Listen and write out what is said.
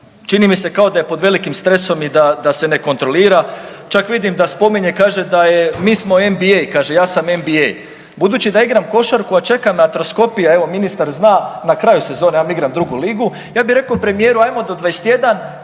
čini mi se kao da je pod velikim stresom i da, da se ne kontrolira, čak vidim da spominje i kaže mi smo NBI, kaže ja sam NBA. Budući da ja igram košarku, a čeka me atroskopija, evo ministar zna, na kraju sezone, ja vam igram drugu ligu, ja bi rekao premijeru ajmo do 21.,